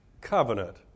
covenant